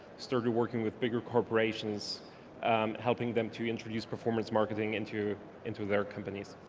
started working with bigger corporations helping them to introduce performance marketing into into their companies.